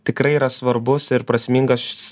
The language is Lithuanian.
tikrai yra svarbus ir prasmingas